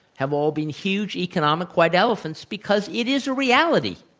have all been huge economic white elephants because it is a reality,